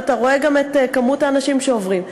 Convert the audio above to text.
ואתה רואה גם את כמות האנשים שעוברים.